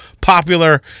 popular